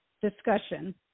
discussion